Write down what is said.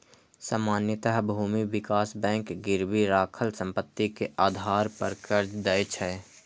सामान्यतः भूमि विकास बैंक गिरवी राखल संपत्ति के आधार पर कर्ज दै छै